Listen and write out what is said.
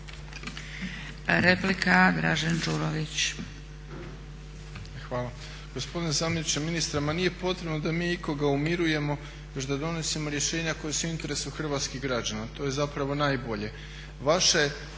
**Đurović, Dražen (HDSSB)** Hvala. Gospodine zamjeniče ministra, ma nije potrebno da mi ikoga umirujemo već da donosimo rješenja koja su u interesu hrvatskih građana. To je zapravo najbolje.